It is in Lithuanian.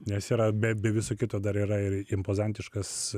nes yra be be viso kito dar yra ir impozantiškas